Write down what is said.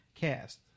cast